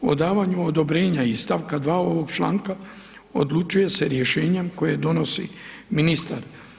O davanju odobrenja iz st. 2. ovog članka odlučuje se rješenjem koje donosi ministar.